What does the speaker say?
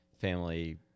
family